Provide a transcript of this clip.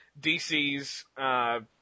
DC's